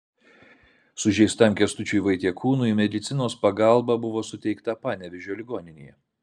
sužeistam kęstučiui vaitiekūnui medicinos pagalba buvo suteikta panevėžio ligoninėje